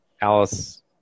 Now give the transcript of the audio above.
Alice